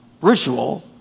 ritual